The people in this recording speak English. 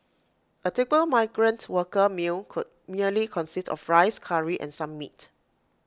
A typical migrant worker meal could merely consist of rice Curry and some meat